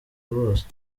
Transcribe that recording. rwose